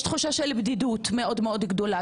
יש תחושה של בדידות מאוד גדולה,